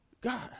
God